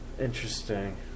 Interesting